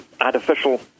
artificial